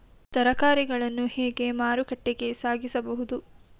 ತರಕಾರಿಗಳನ್ನು ಹೇಗೆ ಮಾರುಕಟ್ಟೆಗೆ ಸಾಗಿಸಬಹುದು?